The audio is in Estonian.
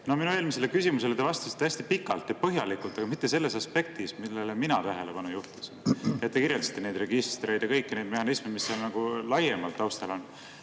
Minu eelmisele küsimusele te vastasite hästi pikalt ja põhjalikult, aga mitte sellest aspektist, millele mina tahtsin tähelepanu juhtida. Te kirjeldasite neid registreid ja kõiki neid mehhanisme, mis nagu laiemal taustal on.